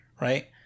Right